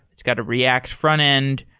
it's got a react front end.